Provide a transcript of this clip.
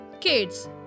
kids